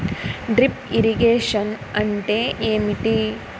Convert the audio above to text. Drip irrigation అంటే ఏమిటి?